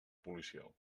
policial